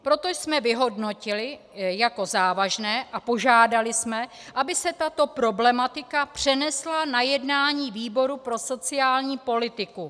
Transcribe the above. Proto jsme vyhodnotili jako závažné a požádali jsme, aby se tato problematika přenesla na jednání výboru pro sociální politiku.